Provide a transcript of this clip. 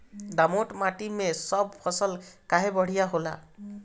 दोमट माटी मै सब फसल काहे बढ़िया होला?